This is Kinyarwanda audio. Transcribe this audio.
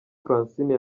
francine